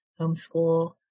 homeschool